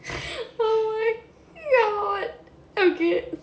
oh my god okay